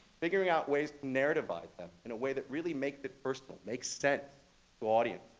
figuring out ways narrativize them in a way that really makes it personal, makes sense to audiences.